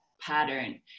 pattern